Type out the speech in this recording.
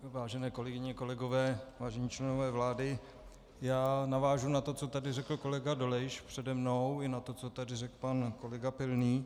Vážené kolegyně, kolegové, vážení členové vlády, navážu na to, co tady řekl kolega Dolejš přede mnou, i na to, co tady řekl pan kolega Pilný.